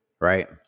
right